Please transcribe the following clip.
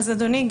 אדוני,